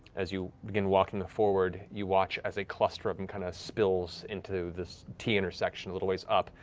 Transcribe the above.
as you begin walking forward, you watch as a cluster of them kind of spills into this t intersection a little ways up,